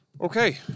Okay